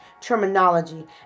terminology